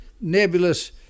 nebulous